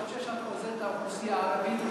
את חושבת שאת עוזרת לאוכלוסייה הערבית?